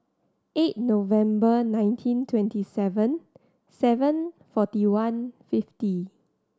eight November nineteen twenty seven seven forty one fifty